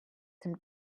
dem